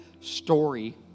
story